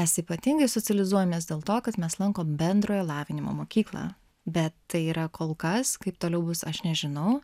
mes ypatingai socializuojamės dėl to kad mes lankom bendrojo lavinimo mokyklą bet tai yra kol kas kaip toliau bus aš nežinau